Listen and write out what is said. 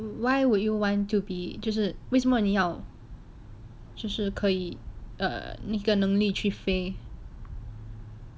why would you want to be 就是为什么你要就是那个 err 那个能力去飞